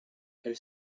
elle